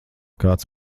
kāds